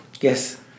Yes